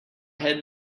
had